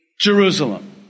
Jerusalem